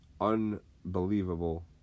Unbelievable